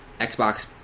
Xbox